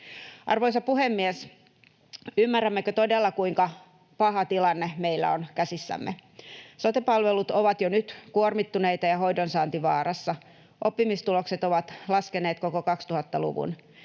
Arvoisa puhemies! Ymmärrämmekö todella, kuinka paha tilanne meillä on käsissämme? Sote-palvelut ovat jo nyt kuormittuneita ja hoidonsaanti vaarassa. Oppimistulokset ovat laskeneet koko 2000-luvun.